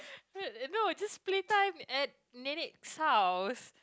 no it's just play time and nenek house